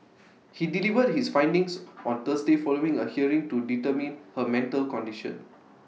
he delivered his findings on Thursday following A hearing to determine her mental condition